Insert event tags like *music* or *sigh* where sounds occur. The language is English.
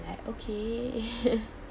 that okay *laughs*